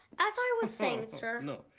as i was saying sir. no,